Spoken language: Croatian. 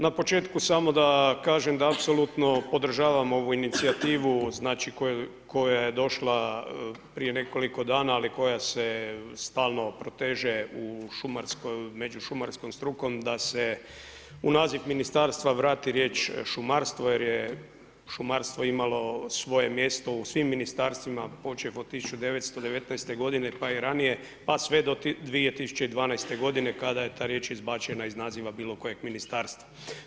Na početku samo da kažem da apsolutno podržavam ovu inicijativu koja je došla prije nekoliko dana, ali koja se stalno proteže među šumarskom strukom da se u naziv ministarstva vrati riječ šumarstvo jer je šumarstvo imalo svoje mjesto u svim ministarstvima počev od 1919. godine pa i ranije pa sve do 2012 godine kada je ta riječ izbačena iz naziva bilo kojeg ministarstva.